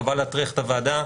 חבל להטריח את הוועדה,